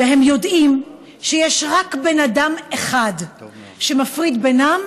והם יודעים שיש רק בן אדם אחד שמפריד בינם